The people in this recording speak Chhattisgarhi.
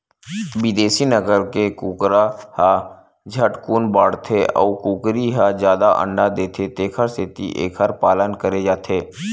बिदेसी नसल के कुकरा ह झटकुन बाड़थे अउ कुकरी ह जादा अंडा देथे तेखर सेती एखर पालन करे जाथे